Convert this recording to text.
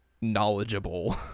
knowledgeable